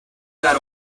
that